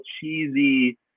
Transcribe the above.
cheesy